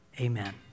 amen